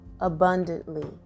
abundantly